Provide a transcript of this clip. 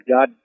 God